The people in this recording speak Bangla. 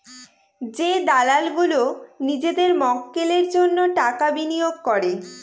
যে দালাল গুলো নিজেদের মক্কেলের জন্য টাকা বিনিয়োগ করে